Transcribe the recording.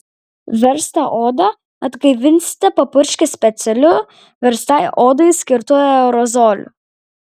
verstą odą atgaivinsite papurškę specialiu verstai odai skirtu aerozoliu